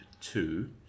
two